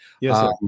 Yes